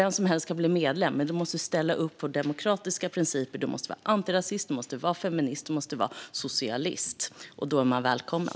Vem som helst kan bli medlem, men man måste ställa upp på demokratiska principer och vara antirasist, feminist och socialist. Då är man välkommen.